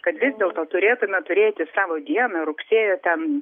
kad vis dėlto turėtume turėti savo dieną rugsėjo ten